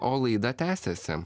o laida tęsiasi